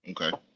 okay